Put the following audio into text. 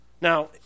Now